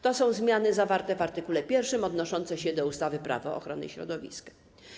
To są zmiany zawarte w art. 1 odnoszące się do ustawy Prawo ochrony środowiska.